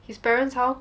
his parents how